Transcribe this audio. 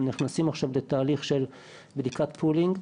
נכנסים עכשיו לתהליך של בדיקת פולינג.